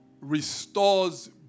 restores